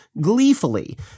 gleefully